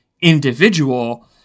individual